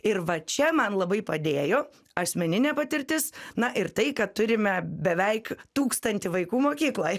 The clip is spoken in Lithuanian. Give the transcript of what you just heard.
ir va čia man labai padėjo asmeninė patirtis na ir tai kad turime beveik tūkstantį vaikų mokykloj